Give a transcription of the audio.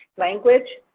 language?